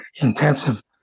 intensive